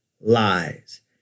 lies